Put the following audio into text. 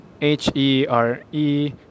H-E-R-E